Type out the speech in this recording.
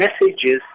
messages